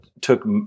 took